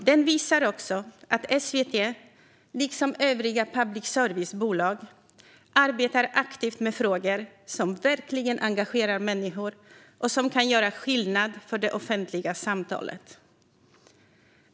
Den visar också att SVT, liksom övriga public service-bolag, arbetar aktivt med frågor som verkligen engagerar människor och kan göra skillnad för det offentliga samtalet.